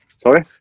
sorry